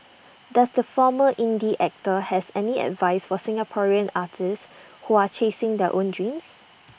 does the former indie actor have any advice for Singaporean artists who are chasing their own dreams